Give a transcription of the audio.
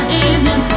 evening